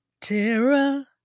Tara